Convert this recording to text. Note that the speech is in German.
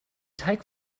teig